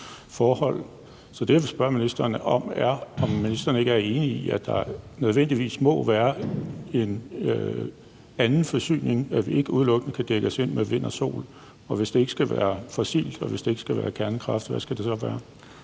så det, jeg vil spørge ministeren om, er, om ministeren ikke er enig i, at der nødvendigvis må være en anden forsyning, og at vi ikke udelukkende kan dække os ind med vind og sol. Og hvis det ikke skal være fossilt og det ikke skal være kernekraft, hvad skal det så være?